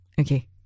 Okay